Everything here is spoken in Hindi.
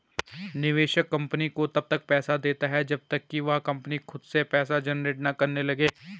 निवेशक कंपनी को तब तक पैसा देता है जब तक कि वह कंपनी खुद से पैसा जनरेट ना करने लगे